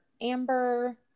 amber